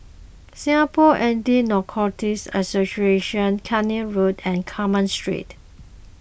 Singapore Anti Narcotics Association Keene Road and Carmen Street